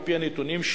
על-פי הנתונים,